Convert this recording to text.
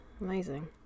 amazing